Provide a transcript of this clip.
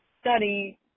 study